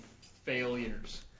failures